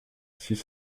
six